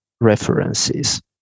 references